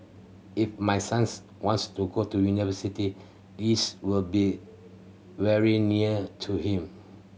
if my sons wants to go to university this will be very near to him